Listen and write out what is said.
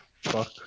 fuck